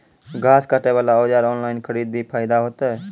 घास काटे बला औजार ऑनलाइन खरीदी फायदा होता?